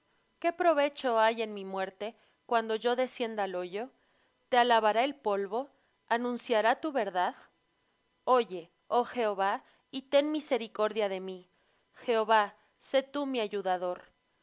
qué provecho hay en mi muerte cuando yo descienda al hoyo te alabará el polvo anunciará tu verdad oye oh jehová y ten misericordia de mí jehová sé tú mi ayudador